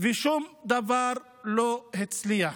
ושום דבר לא הצליח.